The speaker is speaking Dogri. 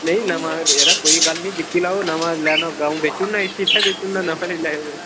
नेईं नमां यरा कोई गल्ल नी दिक्खी लैओ नमां लैना होगा अऊं बैचू ना इस्सी इत्थें बैचू ना नमां लेई लैयौ तुस